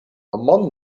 among